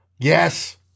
Yes